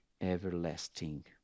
everlasting